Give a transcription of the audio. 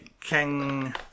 King